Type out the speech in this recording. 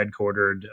headquartered